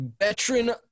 veteran